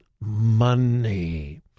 money